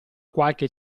qualche